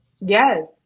Yes